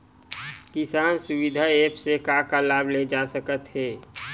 किसान सुविधा एप्प से का का लाभ ले जा सकत हे?